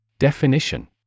Definition